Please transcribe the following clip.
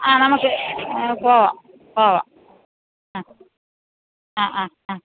ആ നമക്ക് പോവാം പോവാം അ അ അ ആ